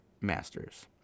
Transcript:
masters